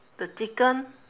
the chicken